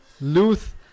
Luth